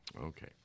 Okay